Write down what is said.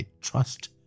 trust